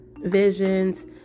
visions